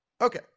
Okay